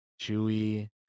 chewy